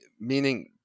meaning